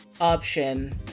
option